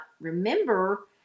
remember